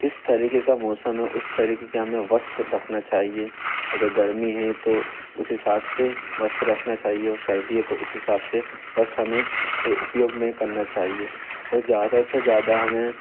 किस तरीके का मौसम है उस तरीके के हमें वस्त्र रखना चाहिए अगर गर्मी है तो उस हिसाब से वस्त्र रखना चाहिए और सर्दी है तो उस हिसाब से वस्त्र हमें उपयोग में करना चाहिए और ज़्यादा से ज़्यादा हमें